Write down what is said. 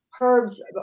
herbs